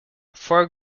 four